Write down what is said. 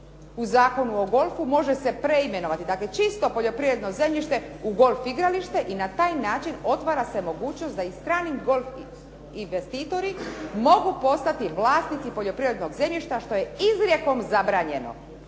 u Zakonu o golfu može se preimenovati. Dakle, čisto poljoprivredno zemljište u golf igralište i na taj način otvara se mogućnost da i stranim golf investitori mogu postati vlasnici poljoprivrednog zemljišta, što je izrijekom zabranjeno